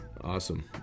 Awesome